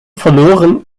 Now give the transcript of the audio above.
verloren